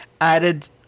added